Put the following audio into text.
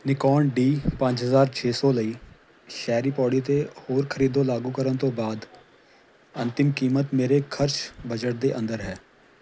Nikon D ਪੰਜ ਹਜ਼ਾਰ ਛੇ ਸੌ ਲਈ ਸ਼ਹਿਰੀ ਪੌੜੀ 'ਤੇ ਹੋਰ ਖਰੀਦੋ ਲਾਗੂ ਕਰਨ ਤੋਂ ਬਾਅਦ ਅੰਤਿਮ ਕੀਮਤ ਮੇਰੇ ਖਰਚ ਬਜਟ ਦੇ ਅੰਦਰ ਹੈ